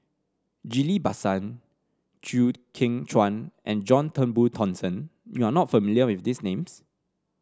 Ghillie Basan Chew Kheng Chuan and John Turnbull Thomson you are not familiar with these names